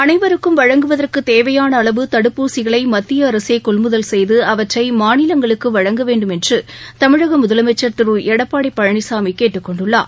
அளைவருக்கும் வழங்குவதற்கு தேவையான அளவு தடுப்பூசிகளை மத்திய அரசே கொள்முதல் செய்து அவற்றை மாநிலங்களுக்கு வழங்க வேண்டும் என்று தமிழக முதலமைச்சர் திரு எடப்பாடி பழனிசாமி கேட்டுக்கொண்டுள்ளார்